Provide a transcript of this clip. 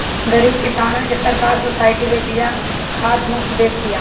गरीब किसानन के सरकार सोसाइटी पे बिया खाद मुफ्त में दे तिया